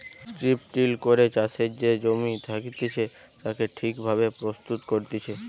strip till করে চাষের যে জমি থাকতিছে তাকে ঠিক ভাবে প্রস্তুত করতিছে